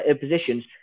positions